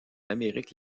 amérique